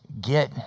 get